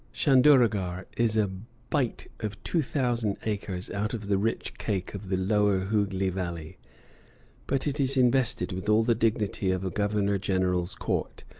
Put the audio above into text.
chanderuagor is a bite of two thousand acres out of the rich cake of the lower hooghli valley but it is invested with all the dignity of a governor-general's court,